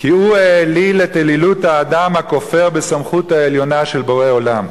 כי הוא האליל את אלילות האדם הכופר בסמכות העליונה של בורא העולם.